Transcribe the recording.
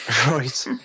right